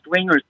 wingers